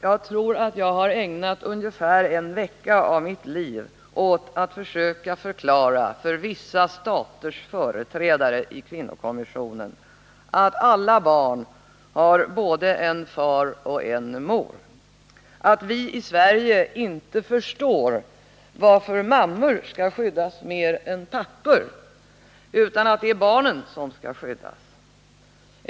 Jag tror att jag har ägnat ungefär en vecka av mitt liv åt att försöka förklara för vissa staters företrädare i kvinnokommissionen att alla barn har både en far och en mor, att vi i Sverige inte förstår varför mammor skall skyddas mer än pappor — det är barnen som skall skyddas.